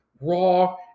Raw